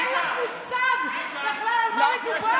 אין לך מושג בכלל על מה מדובר,